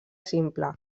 simple